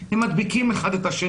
הם מדביקים זה את זה.